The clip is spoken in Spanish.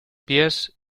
pies